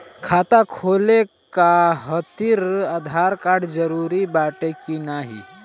खाता खोले काहतिर आधार कार्ड जरूरी बाटे कि नाहीं?